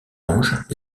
anges